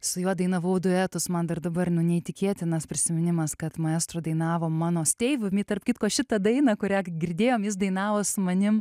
su juo dainavau duetus man dar dabar nu neįtikėtinas prisiminimas kad maestro dainavo mano stay with me tarp kitko šitą dainą kurią girdėjom jis dainavo su manim